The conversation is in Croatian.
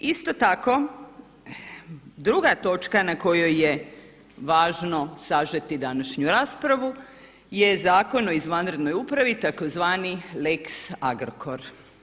Isto tako, druga točka na kojoj je važno sažeti današnju raspravu je Zakon o izvanrednoj upravi tzv. lex Agrokor.